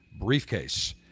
briefcase